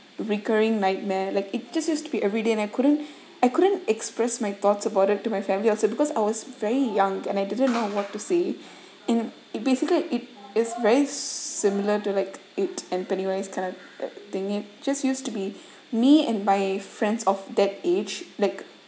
recurring nightmare like it just used to be everyday and I couldn't I couldn't express my thoughts about it to my family also because I was very young and I didn't know what to say and it basically it is very similar to like it in many ways kind of thing it just used to be me and my friends of that age like